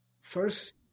first